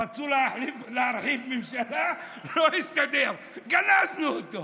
רצו להרחיב ממשלה, לא הסתדר, אז גנזנו אותו.